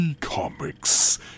Comics